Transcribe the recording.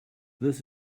this